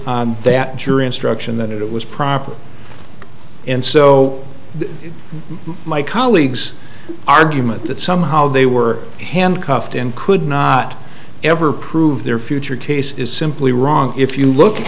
on that jury instruction that it was proper and so my colleagues argument that somehow they were handcuffed and could not ever prove their future cases is simply wrong if you look